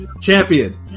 champion